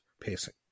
pacing